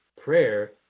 prayer